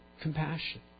compassion